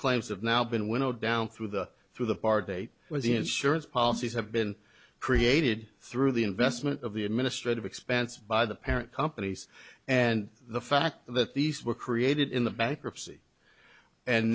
claims have now been winnowed down through the through the park date where the insurance policies have been created through the investment of the administrative expenses by the parent companies and the fact that these were created in the bankruptcy and